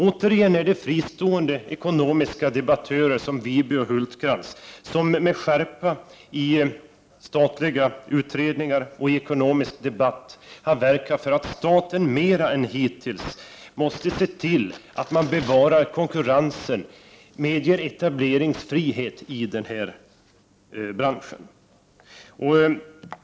Återigen är det fristående ekonomiska debattörer som Wibe och Hultkrantz som med skärpa i statliga utredningar och i ekonomisk debatt verkar för att staten mer än hittills måste se till att bevara konkurrensen och medge etableringsfrihet i branschen.